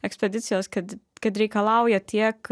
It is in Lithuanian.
ekspedicijos kad kad reikalauja tiek